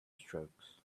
strokes